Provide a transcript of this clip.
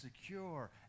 secure